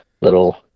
little